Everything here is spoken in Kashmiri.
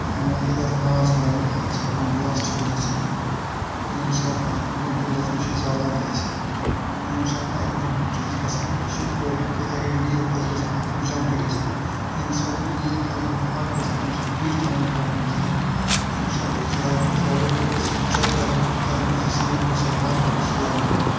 ییٚلہِ اَتھ نار چھُ لگان اَتھ چھُ ہیکان بٕلاسٹ تہِ گٔژھِتھ ییٚمہِ ساتہٕ اَتھ برونٛہہ کنۍ گَژھو یہِ چھُ زالان تہِ اَسہِ ییٚمہِ ساتہٕ اَتھ برونٛہہ کُن چھِ أسۍ گَژھان یہِ چھُ اورٕ ہیکہِ اگر لیٖک آسہِ گَژھان اَتھ ہیکہِ جَنٛپ تہِ گٔژھِتھ ییٚمہِ ساتہٕ یہِ لیٖک آسہِ گَژھان اَتھ گَژھِنہٕ امہِ ساتہٕ تُج تھاوٕنۍ برونٛہہ کَنۍ کِہیٖنۍ ییٚمہِ ساتہٕ أسۍ لایِٹَر زالو گۄڈ گَژھِ چیک کَرُن کہِ ایل پی جی سِلینٛڈَر چھےٚ بنٛد کِنہٕ یہِ چھُ ییٚلٕے